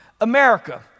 America